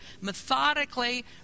methodically